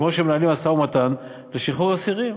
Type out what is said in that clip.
כמו שמנהלים משא-ומתן לשחרור אסירים,